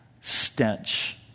stench